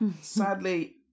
Sadly